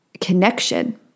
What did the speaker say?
connection